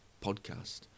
Podcast